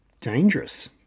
dangerous